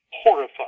horrified